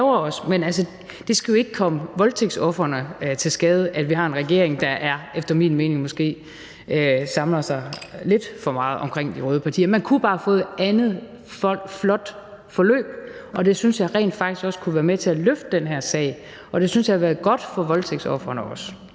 det skal jo ikke komme voldtægtsofrene til skade, at vi har en regering, der efter min mening måske samler sig lidt for meget omkring de røde partier. Man kunne bare have fået et andet flot forløb, og det synes jeg rent faktisk også kunne have været med til at løfte den her sag, og jeg synes også, at det ville have været godt for voldtægtsofrene.